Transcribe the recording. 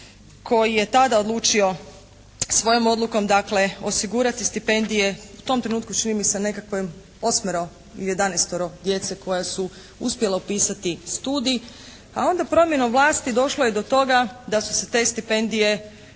koji je tada odlučio svojom odlukom dakle osigurati stipendije u tom trenutku čini mi se nekakvim osmero ili jedanaestero djece koja su uspjela upisati studij, pa onda promjenom vlasti došlo je do toga da su se te stipendije